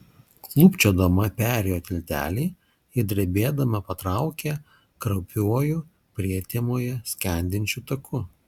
klūpčiodama perėjo tiltelį ir drebėdama patraukė kraupiuoju prietemoje skendinčiu taku